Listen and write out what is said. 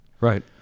Right